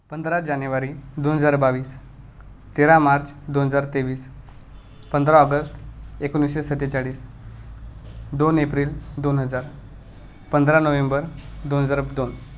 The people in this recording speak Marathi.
पंधरा जानेवारी दोन हजार बावीस तेरा मार्च दोन हजार तेवीस पंधरा ऑगस्ट एकोणीसशे सत्तेचाळीस दोन एप्रिल दोन हजार पंधरा नोव्हेंबर दोन हजार दोन